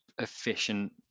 efficient